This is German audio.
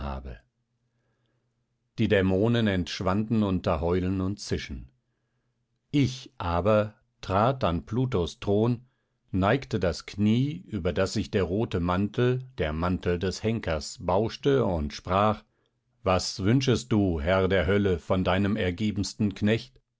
die dämonen entschwanden unter heulen und zischen ich aber trat an plutos thron neigte das knie über das sich der rote mantel der mantel des henkers bauschte und sprach was wünschest du herr der hölle von deinem ergebensten knecht